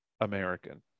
American